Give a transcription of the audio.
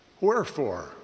Wherefore